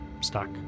stuck